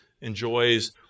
enjoys